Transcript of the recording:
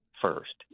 first